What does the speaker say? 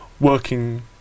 working